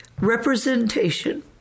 representation